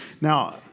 Now